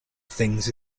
things